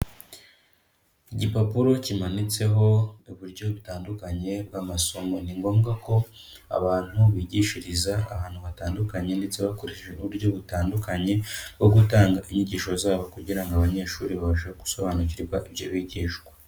Igipapuro kimanitseho uburyo butandukanye bw'amasomo, ni ngombwa ko abantu bigishiriza ahantu hatandukanye ndetse bakoresheje uburyo butandukanye, bwo gutanga inyigisho zabo kugira ngo abanyeshuri babashe gusobanukirwa ibyo bigishwa.